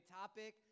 topic